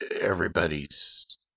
everybody's